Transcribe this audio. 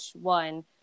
one